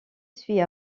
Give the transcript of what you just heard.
suit